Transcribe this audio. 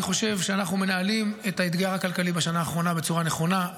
אני חושב שאנחנו מנהלים את האתגר הכלכלי בשנה האחרונה בצורה נכונה,